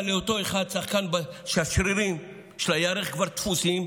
לאותו שחקן שהשרירים בירך שלו כבר תפוסים,